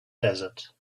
desert